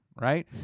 right